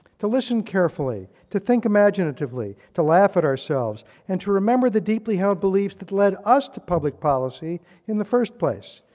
to listen carefully, to think imaginatively, to laugh at ourselves, and to remember the deeply-held beliefs that led us to public policy in the first place.